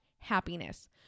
Happiness